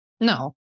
No